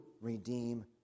redeem